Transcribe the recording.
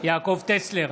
יעקב טסלר,